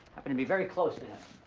happen to be very close to him.